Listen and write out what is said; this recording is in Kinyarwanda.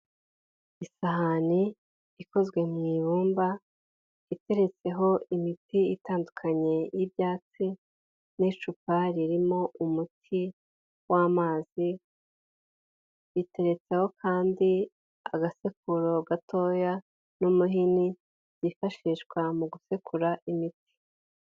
Isahani ikozwe mu ibumba iteretseho imiti itandukanye y'ibyatsi n'icupa ririmo umuti w'amazi, iteretseho kandi agasekuru gatoya n'umuhini byifashishwa mu gusekura imiti.